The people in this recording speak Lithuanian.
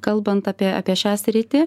kalbant apie apie šią sritį